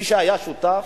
מי שהיה שותף,